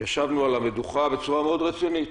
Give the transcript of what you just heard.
ישבנו על המדוכה בצורה מאוד רצינית.